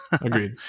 Agreed